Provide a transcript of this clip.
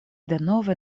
denove